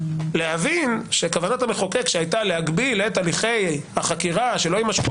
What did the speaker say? להבין שכוונת המחוקק שהייתה להגביל את הליכי החקירה שלא ימשכו